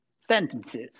sentences